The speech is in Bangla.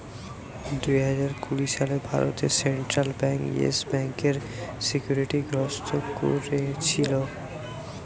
দুই হাজার কুড়ি সালে ভারতে সেন্ট্রাল বেঙ্ক ইয়েস ব্যাংকার সিকিউরিটি গ্রস্ত কোরেছিল